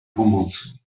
pomocy